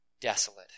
desolate